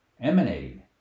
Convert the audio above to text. emanating